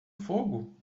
fogo